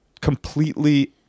Completely